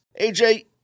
AJ